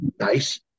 nice